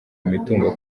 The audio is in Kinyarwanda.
imitungo